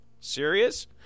serious